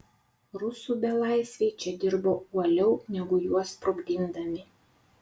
rusų belaisviai čia dirbo uoliau negu juos sprogdindami